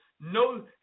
no